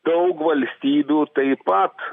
daug valstybių taip pat